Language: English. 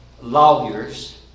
lawyers